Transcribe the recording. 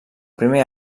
primer